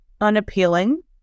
unappealing